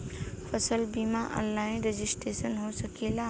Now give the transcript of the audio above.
फसल बिमा online registration हो सकेला?